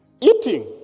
eating